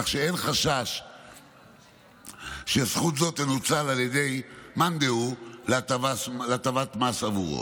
כך שאין חשש שזכות זו תנוצל על ידי מאן דהוא להטבת מס עבורו.